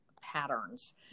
patterns